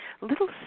little